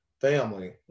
family